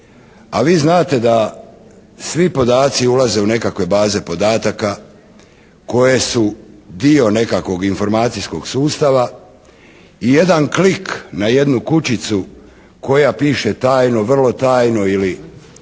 a vi znate da svi podaci ulaze u nekakve baze podataka koje su dio nekakvog informacijskog sustava i jedan klik na jednu kućicu koja piše «tajno», «vrlo tajno» ili